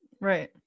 Right